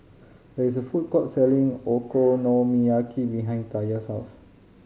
there is a food court selling Okonomiyaki behind Taja's house